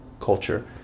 culture